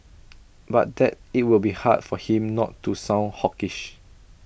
but that IT will be hard for him not to sound hawkish